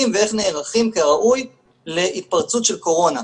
ואיך נערכים כראוי להתפרצות של קורונה.